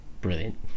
Brilliant